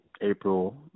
April